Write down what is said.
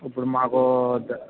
ఇప్పుడు మాకు